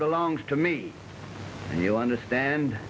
belongs to me and you understand